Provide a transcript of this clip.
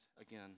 again